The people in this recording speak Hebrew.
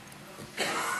בבקשה.